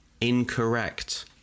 Incorrect